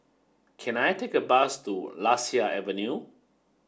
can I take a bus to Lasia Avenue